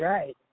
Right